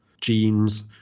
genes